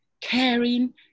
caring